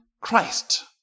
Christ